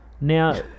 now